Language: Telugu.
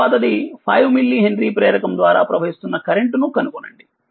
తరువాతది 5 మిల్లీ హెన్రీ ప్రేరకం ద్వారా ప్రవహిస్తున్న కరెంట్ ను కనుగొనండి